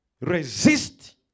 Resist